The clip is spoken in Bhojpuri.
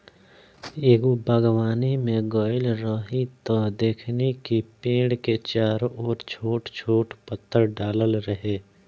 एगो बागवानी में गइल रही त देखनी कि पेड़ के चारो ओर छोट छोट पत्थर डालल रहे